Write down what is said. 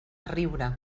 riure